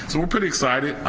so we're pretty excited.